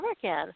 again